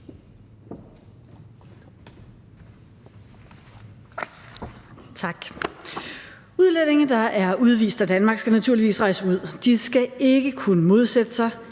Udlændinge, der er udvist af Danmark, skal naturligvis rejse ud. De skal ikke kunne modsætte sig